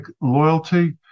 loyalty